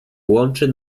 łączy